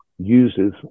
uses